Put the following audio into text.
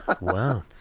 wow